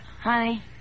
Honey